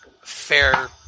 fair